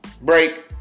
break